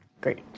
Great